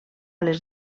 les